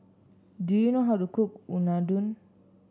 do you know how to cook Unadon